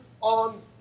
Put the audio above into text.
on